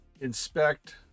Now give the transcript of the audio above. inspect